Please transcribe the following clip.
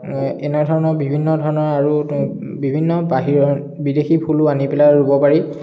এনে ধৰণৰ বিভিন্ন ধৰণৰ আৰু বিভিন্ন বাহিৰৰ বিদেশী ফুলো আনি পেলাই ৰুব পাৰি